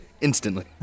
instantly